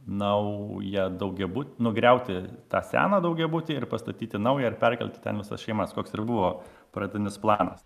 naują daugiabutį nugriauti tą seną daugiabutį ir pastatyti naują ir perkelti ten visas šeimas koks ir buvo pradinis planas